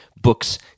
books